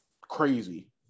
Crazy